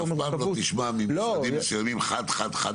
אתה אף פעם לא תשמע ממשרדים מסוימים חד חד חד ערכי ובצדק.